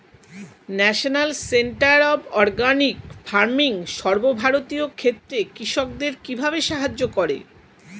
National centre of organic farming সর্বভারতীয় ক্ষেত্রে কৃষকদের কিভাবে সাহায্য করে?